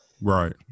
Right